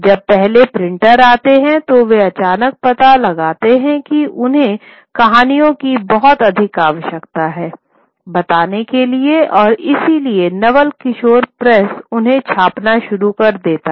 जब पहले प्रिंटर आते हैं तो वे अचानक पता लगाते हैं कि उन्हें कहानियो की बहुत अधिक आवश्यकता है बताने के लिए और इसलिए नवल किशोर प्रेस उन्हें छापना शुरू कर देता है